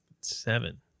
Seven